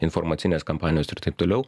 informacinės kampanijos ir taip toliau